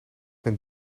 zijn